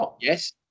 yes